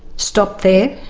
stop there.